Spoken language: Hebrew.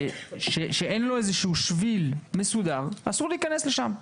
שאין בו שביל מסודר, אסור להיכנס לשם.